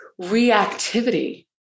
reactivity